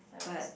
but